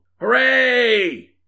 Hooray